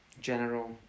General